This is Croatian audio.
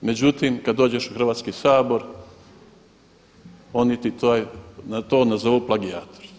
Međutim, kad dođeš u Hrvatski sabor oni ti to nazovu plagijator.